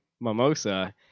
mimosa